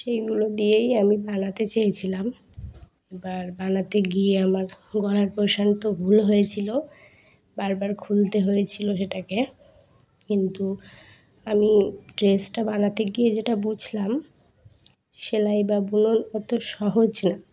সেইগুলো দিয়েই আমি বানাতে চেয়েছিলাম এবার বানাতে গিয়ে আমার গলার পোর্শান তো ভুল হয়েছিলো বারবার খুলতে হয়েছিলো সেটাকে কিন্তু আমি ড্রেসটা বানাতে গিয়ে যেটা বুঝলাম সেলাই বা বুনন অত সহজ না